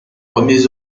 premiers